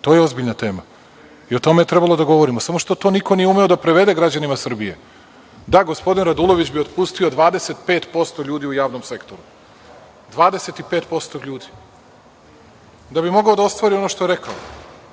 To je ozbiljna tema i o tome je trebalo da govorimo, samo što to niko nije umeo da prevede građanima Srbije. Da, gospodin Radulović bi otpustio 25% ljudi u javnom sektoru, 25% ljudi da bi mogao da ostvari ono što je rekao,